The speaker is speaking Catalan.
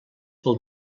pel